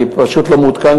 אני פשוט לא מעודכן,